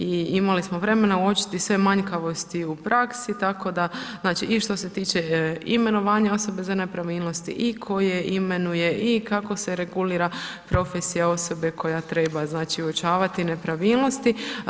I imali smo vremena uočiti sve manjkavosti u praksi tako da, znači i što se tiče imenovanja osobe za nepravilnosti i koje imenuje i kako se regulira profesija osobe koja treba znači uočavati nepravilnosti.